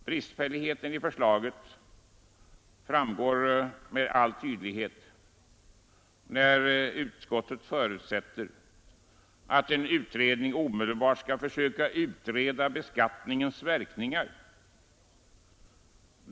Bristfälligheten i förslaget framträder med all tydlighet då utskottet förutsätter att en utredning omedelbart skall försöka utreda beskattningens verkningar.